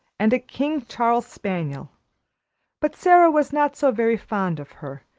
and a king charles spaniel but sara was not so very fond of her,